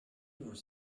vous